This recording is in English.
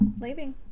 leaving